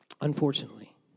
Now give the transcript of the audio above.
unfortunately